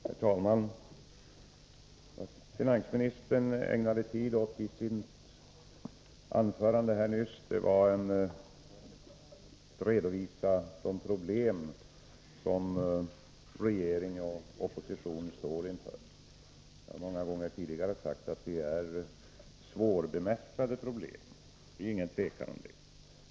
Herr talman! Finansministern ägnade tid i sitt anförande nyss åt att redovisa de problem som regering och opposition står inför. Jag har många gånger tidigare sagt att det är svårbemästrade problem — det råder ingen tvekan om det.